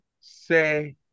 say